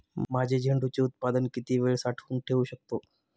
माझे झेंडूचे उत्पादन किती वेळ साठवून ठेवू शकतो?